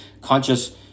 conscious